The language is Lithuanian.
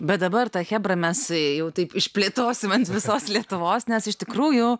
bet dabar ta chebra mes jau taip išplėtosim ant visos lietuvos nes iš tikrųjų